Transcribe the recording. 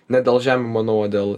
ne dėl žemių manau o dėl